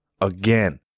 Again